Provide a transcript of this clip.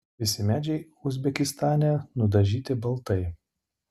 visi medžiai uzbekistane nudažyti baltai